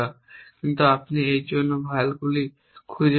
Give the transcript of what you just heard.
কিন্তু আপনি এর জন্য ভ্যালগুলি খুঁজে পেতে চান